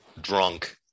drunk